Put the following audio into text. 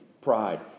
pride